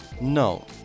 No